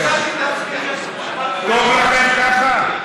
טוב לכם ככה?